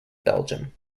belgium